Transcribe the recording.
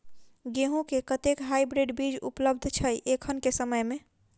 गेंहूँ केँ कतेक हाइब्रिड बीज उपलब्ध छै एखन केँ समय मे?